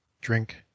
drink